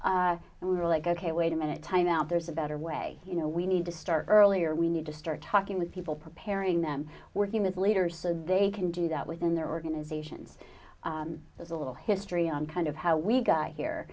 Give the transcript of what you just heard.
day and we were like ok wait a minute time out there's a better way you know we need to start earlier we need to start talking with people preparing them working with leaders so they can do that within their organizations there's a little history on kind of how we got here